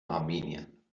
armenien